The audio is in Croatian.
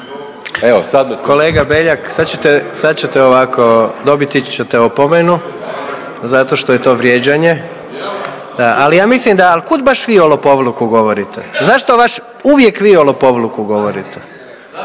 Kolega Beljak, sad ćete, sad ćete ovako. Dobiti ćete opomenu zato što je to vrijeđanje. .../Upadica se ne čuje./... Ali ja mislim da, ali kud baš vi o lopovluku govorite, zašto vaš uvijek vi o lopovluku govorite?